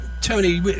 Tony